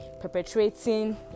perpetrating